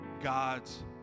God's